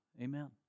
amen